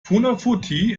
funafuti